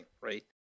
right